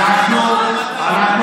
אז תגיד אם זה נכון או לא נכון.